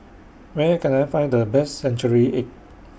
Where Can I Find The Best Century Egg